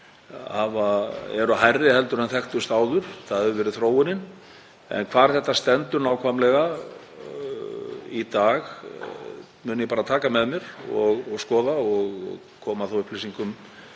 eru hærri en þekktust áður. Það hefur verið þróunin. En hvar þetta stendur nákvæmlega í dag mun ég taka með mér og skoða og koma þá upplýsingum